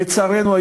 לצערנו,